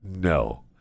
no